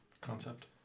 concept